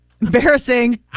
Embarrassing